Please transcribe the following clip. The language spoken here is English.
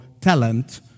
talent